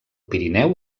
pirineu